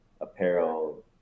apparel